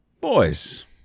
Boys